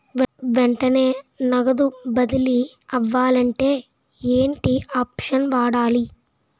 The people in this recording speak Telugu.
వెంటనే నగదు బదిలీ అవ్వాలంటే ఏంటి ఆప్షన్ వాడాలి?